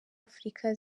afurika